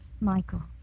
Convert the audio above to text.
Michael